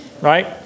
right